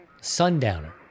Sundowner